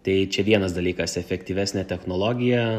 tai čia vienas dalykas efektyvesnė technologija